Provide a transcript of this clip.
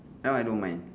now I don't mind